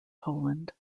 poland